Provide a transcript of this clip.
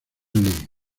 league